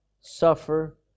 Suffer